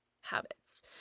habits